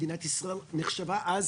מדינת ישראל נחשבה אז,